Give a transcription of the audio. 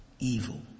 Evil